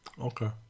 okay